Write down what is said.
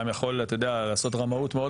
רגע, אבל היא לא אמרה שהחוק מושחת.